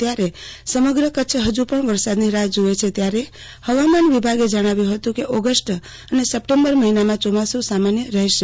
ત્યારે સમગ્ર કેંચ્છ કહેજુ પણ વરસાદની રાહી જુએ છે ત્યારે હવામાન વિભાગે જણાવ્યું હતું કે ઓગસ્ટ અને સપ્ટેમ્બરન મહિનામાં ચોમાસું સામાન્ય રહેશે